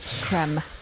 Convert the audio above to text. Creme